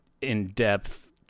in-depth